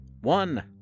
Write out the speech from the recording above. one